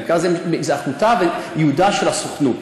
זה אחריותה וייעודה של הסוכנות.